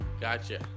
gotcha